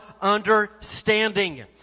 understanding